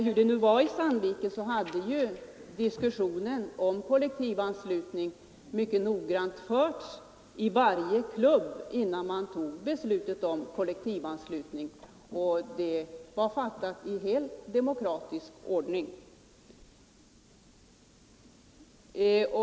Hur det nu än var i Sandviken så hade dis säga till herr Björck i Nässjö när kussionen om kollektivanslutning förts mycket noggrant i varje klubb innan man fattade beslut, vilket gjordes i helt demokratisk ordning.